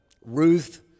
Ruth